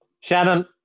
Shannon